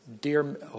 Dear